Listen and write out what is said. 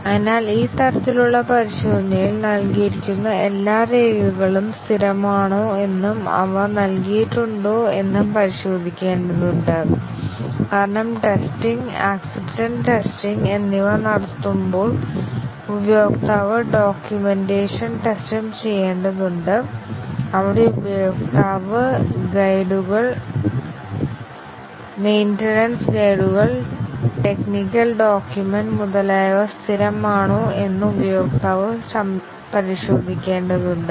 അതിനാൽ ഈ തരത്തിലുള്ള പരിശോധനയിൽ നൽകിയിരിക്കുന്ന എല്ലാ രേഖകളും സ്ഥിരമാണോ എന്നും അവ നൽകിയിട്ടുണ്ടോ എന്നും പരിശോധിക്കേണ്ടതുണ്ട് കാരണം ടെസ്റ്റിംഗ് ആക്സപ്പ്ടെൻസ് ടെസ്റ്റിങ് എന്നിവ നടത്തുമ്പോൾ ഉപയോക്താവ് ഡോക്യുമെന്റേഷൻ ടെസ്റ്റും ചെയ്യേണ്ടതുണ്ട് അവിടെ ഉപയോക്താവ് ഗൈഡുകൾ മെയിന്റനൻസ് ഗൈഡുകൾ ടെക്നികൽ ഡോക്യുമെൻറ് മുതലായവ സ്ഥിരമാണോ എന്ന് ഉപയോക്താവ് പരിശോധിക്കേണ്ടതുണ്ട്